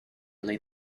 late